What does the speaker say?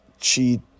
cheat